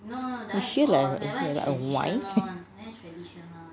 is it got wine